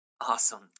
Awesome